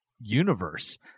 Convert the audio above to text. universe